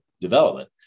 development